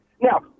Now